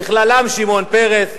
ובכללם שמעון פרס,